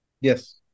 Yes